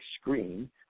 screen